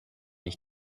ich